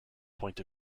point